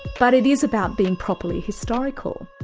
but it is about being properly historical.